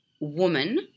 woman